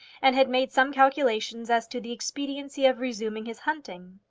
and had made some calculations as to the expediency of resuming his hunting.